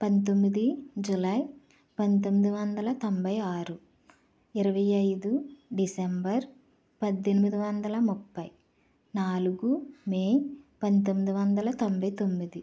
పంతొమ్మిది జూలై పంతొమ్మిది వందల తొంభై ఆరు ఇరవై ఐదు డిసెంబర్ పద్దెనిమిది వందల ముప్పై నాలుగు మే పంతొమ్మిది వందల తొంభై తొమ్మిది